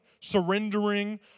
surrendering